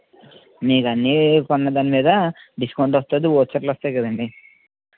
మీకు అన్నీ కొన్న దానిమీద డిస్కౌంట్ వస్తుంది ఓచర్లు వస్తాయి కదండి